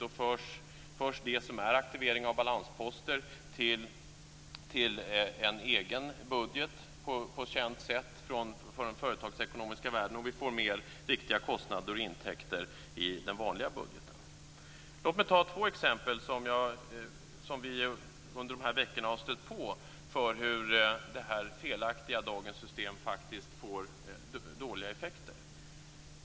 Då förs det som är aktivering av balansposter till en egen budget på känt sätt från den företagsekonomiska världen, och vi får mer riktiga kostnader och intäkter i den vanliga budgeten. Låt mig ta två exempel som vi under dessa veckor har stött på för hur dagens felaktiga system faktiskt får dåliga effekter.